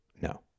no